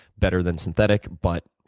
better than synthetic. but